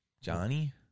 Johnny